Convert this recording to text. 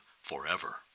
forever